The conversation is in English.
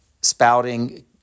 spouting